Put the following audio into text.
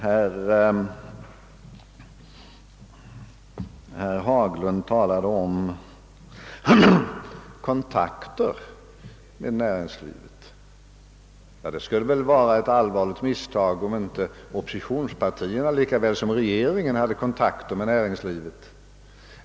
Herr Haglund talade om kontakter med näringslivet. Det skulle väl vara ett allvarligt misstag, om inte oppositionspartierna lika väl som regeringen hade kontakter med näringslivet!